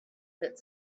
hit